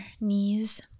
knees